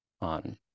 on